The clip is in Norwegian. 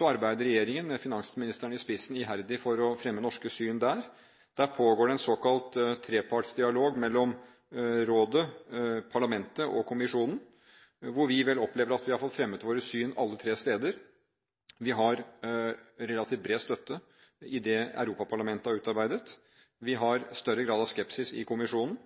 arbeider regjeringen med finansministeren i spissen iherdig for å fremme norske syn der. Der pågår det en såkalt trepartsdialog mellom rådet, parlamentet og kommisjonen, og vi opplever vel at vi har fått fremmet våre syn alle tre steder. Vi har relativt bred støtte i det Europaparlamentet har utarbeidet. Vi har større grad av skepsis i kommisjonen,